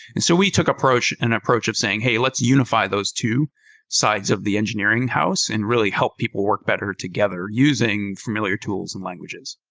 and so we took an and approach of saying, hey, let's unify those two sides of the engineering house and really help people work better together using familiar tools and languages.